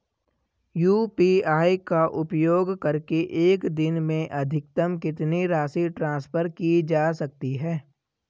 UPI का उपयोग करके एक दिन में अधिकतम कितनी राशि ट्रांसफर की जा सकती है?